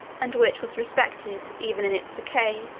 and which was respected, even in its decay,